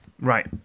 Right